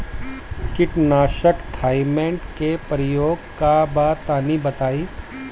कीटनाशक थाइमेट के प्रयोग का बा तनि बताई?